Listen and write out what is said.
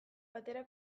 batera